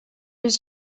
was